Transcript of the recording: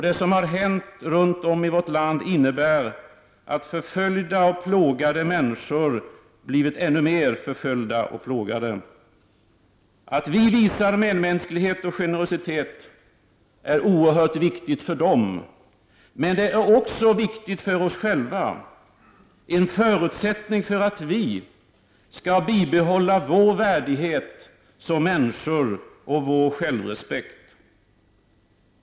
Det som hänt runt om i vårt land innebär att förföljda och plågade människor blivit ännu mer förföljda och plågade. Att vi visar medmänsklighet och generositet är oerhört viktigt för dem. Men det är också viktigt för oss själva, en förutsättning för att vi skall bibehålla vår värdighet som människor och vår självrespekt.